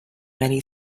many